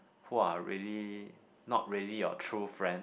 who are really not really your true friend